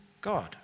God